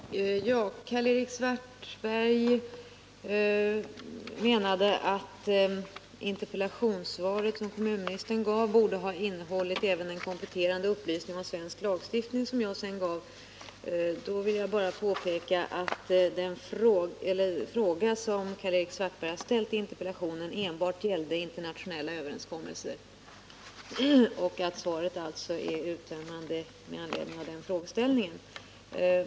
Herr talman! Karl-Erik Svartberg menade att det interpellationssvar som kommunministern gav borde ha innehållit även en kompletterande upplysning om svensk lagstiftning, som jag sedan gav. Jag vill bara påpeka att den fråga som Karl-Erik Svartberg ställt i interpellationen enbart gällde internationella överenskommelser och att svaret alltså är uttömmande med anledning av den frågeställningen.